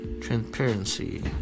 transparency